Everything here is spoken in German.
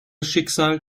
schicksal